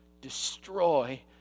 destroy